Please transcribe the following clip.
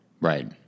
Right